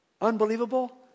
unbelievable